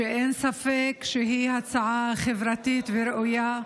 שאין ספק שהיא הצעה חברתית וראויה,